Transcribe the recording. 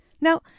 Now